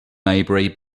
maybury